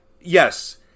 Yes